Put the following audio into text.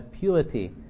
purity